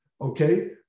okay